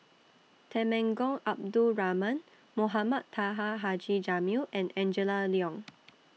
Temenggong Abdul Rahman Mohamed Taha Haji Jamil and Angela Liong